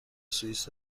سوئیس